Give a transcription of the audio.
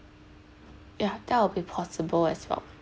yeah that will be possible as well